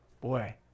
Boy